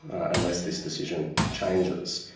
ah unless this decision changes.